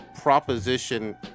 proposition